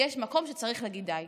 יש מקום שצריך להגיד די.